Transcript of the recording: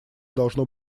должно